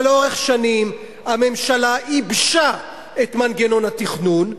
אבל לאורך שנים הממשלה ייבשה את מנגנון התכנון,